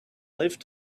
live